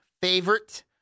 favorite